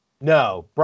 No